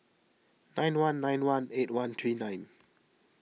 nine one nine one eight one three nine